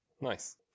Nice